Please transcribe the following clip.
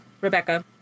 Rebecca